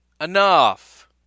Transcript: Enough